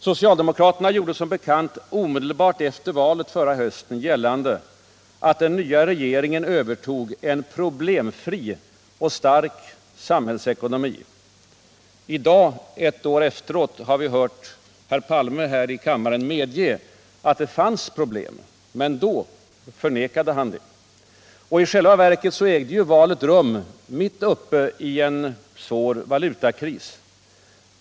Socialdemokraterna gjorde som bekant omedelbart efter valet gällande, att den nya regeringen övertog en problemfri och stark samhällsekonomi. I dag, ett år efteråt, har vi hört herr Palme här i kammaren medge att det fanns problem — men då förnekade han det. I själva verket ägde valet rum mitt uppe i en svår valutakris.